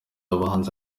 abahanzi